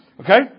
Okay